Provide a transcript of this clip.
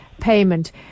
payment